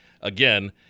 again